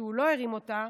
כשהוא לא הרים אותה,